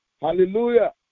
Hallelujah